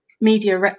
Media